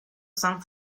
san